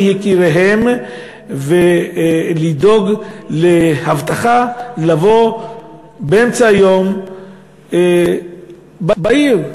יקיריהם ולדאוג לאבטחה כדי לבוא באמצע היום בעיר.